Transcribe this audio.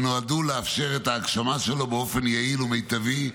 שנועדו לאפשר את הגשמה שלו באופן יעיל ומיטבי,